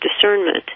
discernment